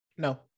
No